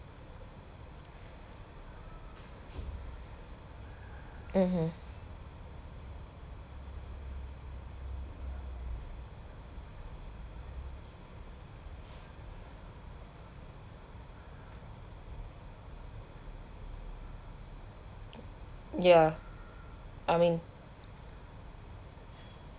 mmhmm ya I mean